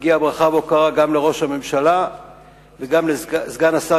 מגיעה ברכה והוקרה גם לראש הממשלה וגם לסגן השר